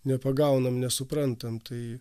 nepagaunam nesuprantam tai